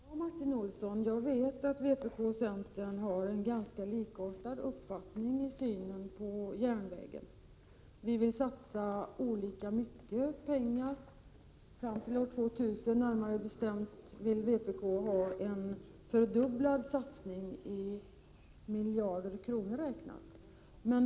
Herr talman! Ja, Martin Olsson, jag vet att vpk och centern har en ganska likartad syn på järnvägen. Vi vill dock satsa olika mycket pengar. Fram till år 2000 vill vpk göra en fördubblad satsning i miljarder kronor räknat.